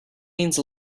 means